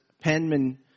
penman